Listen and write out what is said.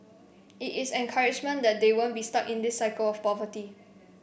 it is encouragement that they won't be stuck in this cycle of poverty